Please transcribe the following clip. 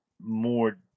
more